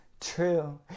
true